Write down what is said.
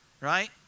right